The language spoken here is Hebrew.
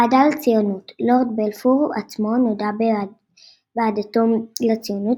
אהדה לציונות – לורד בלפור עצמו נודע באהדתו לציונות,